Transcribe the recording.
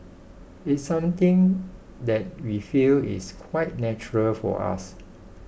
it's something that we feel is quite natural for us